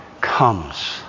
comes